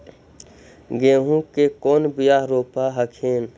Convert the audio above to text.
गेहूं के कौन बियाह रोप हखिन?